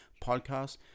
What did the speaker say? podcast